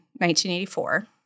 1984